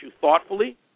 thoughtfully